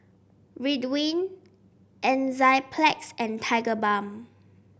Ridwind Enzyplex and Tigerbalm